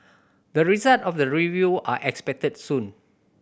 the result of the review are expected soon